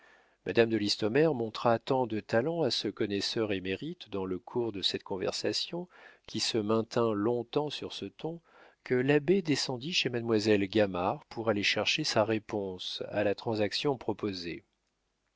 madame de listomère montra tant de talent à ce connaisseur émérite dans le cours de cette conversation qui se maintint long-temps sur ce ton que l'abbé descendit chez mademoiselle gamard pour aller chercher sa réponse à la transaction proposée